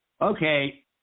Okay